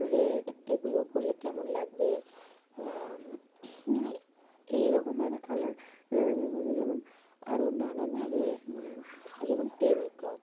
red এগুলো করলে কেমন লাগবে বা মানে এইরকমভাবে কালার নির্বাচন করতে যেমন আরও নানানভাবে যেমন টেবিল ক্লথ